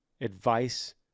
advice